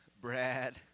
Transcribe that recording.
Brad